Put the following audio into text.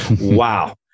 Wow